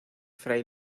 fray